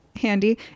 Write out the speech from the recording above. handy